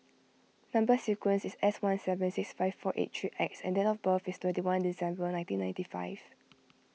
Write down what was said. Number Sequence is S one seven six five four eight three X and date of birth is twenty one December nineteen ninety five